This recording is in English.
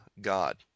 God